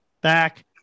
Back